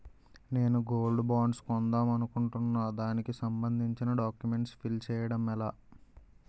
నేను gold bonds కొందాం అనుకుంటున్నా దానికి సంబందించిన డాక్యుమెంట్స్ ఫిల్ చేయడం ఎలా?